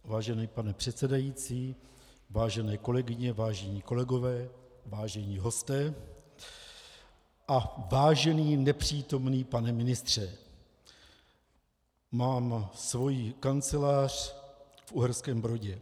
Vážený pane předsedající, vážené kolegyně, vážení kolegové, vážení hosté a vážený nepřítomný pane ministře, mám svoji kancelář v Uherském Brodě.